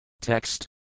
Text